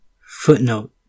Footnote